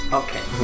okay